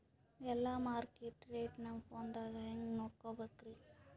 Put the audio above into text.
ಎಲ್ಲಾ market rate ನಮ್ ಫೋನದಾಗ ಹೆಂಗ ನೋಡಕೋಬೇಕ್ರಿ?